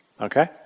Okay